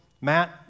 Matt